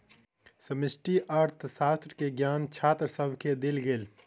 समष्टि अर्थशास्त्र के ज्ञान छात्र सभके देल गेल